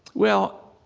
well,